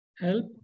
help